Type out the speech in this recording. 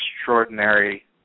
extraordinary